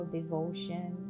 devotion